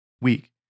week